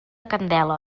candela